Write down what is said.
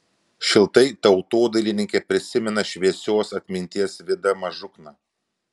šiltai tautodailininkė prisimena šviesios atminties vidą mažukną